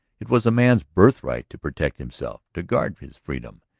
it was a man's birthright to protect himself, to guard his freedom.